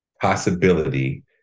possibility